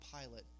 Pilate